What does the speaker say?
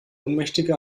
ohnmächtige